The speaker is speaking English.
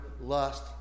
lust